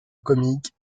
comique